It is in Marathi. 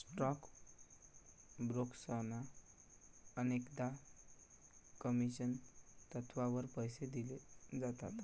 स्टॉक ब्रोकर्सना अनेकदा कमिशन तत्त्वावर पैसे दिले जातात